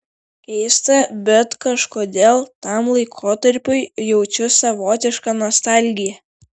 keista bet kažkodėl tam laikotarpiui jaučiu savotišką nostalgiją